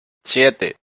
siete